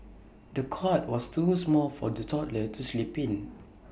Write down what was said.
the cot was too small for the toddler to sleep in